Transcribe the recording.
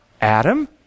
Adam